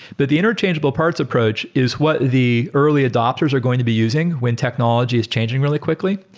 but the interchangeable parts approach is what the early adopters are going to be using when technology is changing really quickly.